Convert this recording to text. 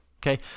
okay